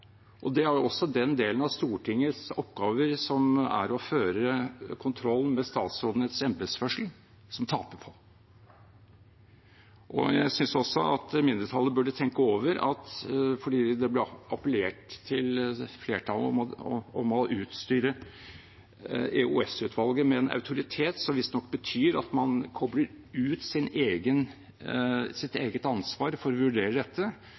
og det er det også den delen av Stortingets oppgaver som er å føre kontroll med statsrådenes embetsførsel, som taper på. Jeg synes også mindretallet burde tenke over at det ble appellert til flertallet om å utstyre EOS-utvalget med en autoritet som visstnok betyr at man kobler ut sitt eget ansvar for å vurdere dette